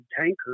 tanker